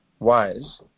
wise